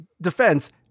defense